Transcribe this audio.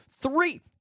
Three